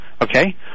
okay